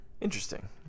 Interesting